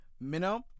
Minnow